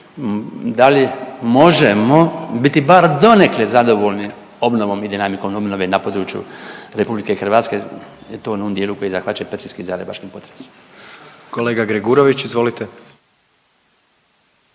da li možemo biti bar donekle zadovoljni obnovom i dinamikom obnove na području RH i to onom dijelu koji je zahvaćen petrinjskim i zagrebačkim potresom. **Jandroković, Gordan